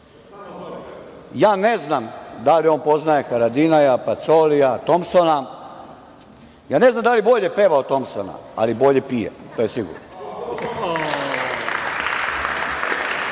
znam da li on poznaje Haradinija, Pacolija, Tompsona, ne znam da li bolje peva od Tompsona, ali bolje pije, to je sigurno. Sada